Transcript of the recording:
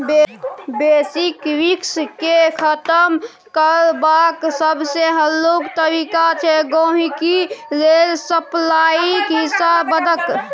basis risk केँ खतम करबाक सबसँ हल्लुक तरीका छै गांहिकी लेल सप्लाईक हिस्सा बनब